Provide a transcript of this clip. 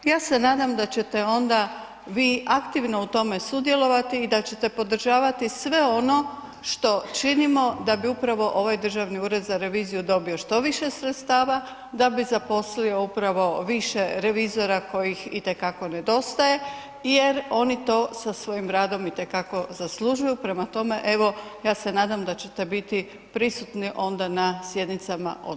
Ja se nadam da ćete onda vi aktivno u tome sudjelovati i da ćete podržavati sve ono što činimo, da bi upravo ovaj Državni ured za reviziju dobio što više sredstava, da bi zaposlio, upravo više revizora kojih itekako nedostaje jer oni to sa svojim radom, itekako zaslužuju, prema tome, evo, ja se nadam da ćete biti prisutni onda na sjednicama odbora.